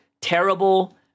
terrible